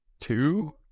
two